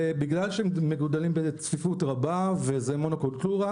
בגלל שהם מגודלים בצפיפות רבה וזה מונוקולטורה,